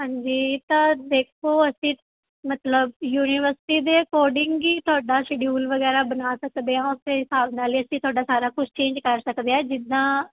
ਹਾਂਜੀ ਤਾਂ ਦੇਖੋ ਅਸੀਂ ਮਤਲਬ ਯੂਨੀਵਰਸਿਟੀ ਦੇ ਅਕੋਰਡਿੰਗ ਹੀ ਤੁਹਾਡਾ ਸ਼ਡਿਊਲ ਵਗੈਰਾ ਬਣਾ ਸਕਦੇ ਹਾਂ ਉਸਦੇ ਹਿਸਾਬ ਨਾਲ ਹੀ ਅਸੀਂ ਤੁਹਾਡਾ ਸਾਰਾ ਕੁਛ ਚੇਂਜ ਕਰ ਸਕਦੇ ਹਾਂ ਜਿੱਦਾਂ